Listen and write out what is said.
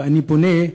אני פונה,